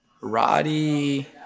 Roddy